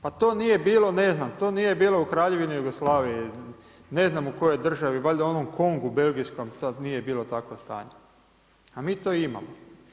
Pa to nije bilo ne znam, to nije bilo u Kraljevini Jugoslaviji, ne znam u kojoj državi, valjda u onom Kongu belgijskom to nije bilo takvo stanje a mi to imamo.